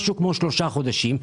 כשלושה חודשים.